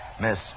Miss